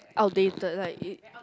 outdated like